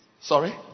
Sorry